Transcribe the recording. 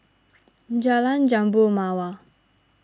Jalan Jambu Mawar